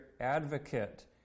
advocate